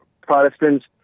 Protestants